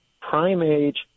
prime-age